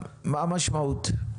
מה המשמעות?